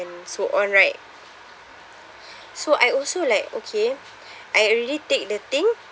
and so on right so I also like okay I already take the thing